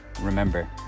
remember